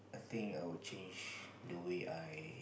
think I would change the way I